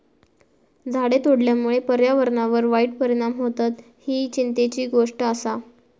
झाडे तोडल्यामुळे पर्यावरणावर वाईट परिणाम होतत, ही चिंतेची गोष्ट आसा